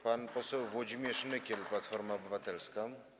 Pan poseł Włodzimierz Nykiel, Platforma Obywatelska.